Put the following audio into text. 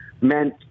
meant